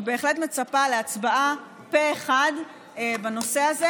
אני בהחלט מצפה להצבעה פה אחד בנושא הזה,